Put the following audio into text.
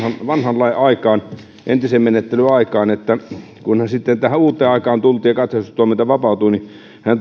vanhan lain aikaan entisen menettelyn aikaan että kun sitten tähän uuteen tultiin ja katsastustoiminta vapautui niin hän